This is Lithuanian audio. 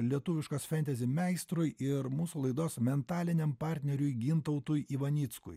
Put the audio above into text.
lietuviškas fentezi meistrui ir mūsų laidos mentaliniam partneriui gintautui ivanickui